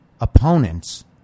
opponents